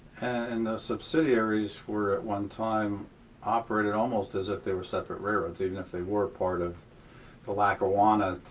and those subsidiaries were at one time operated almost as if they were separate railroads, even if they were part of the lackawanna,